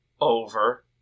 over